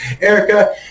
Erica